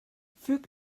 füg